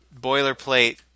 boilerplate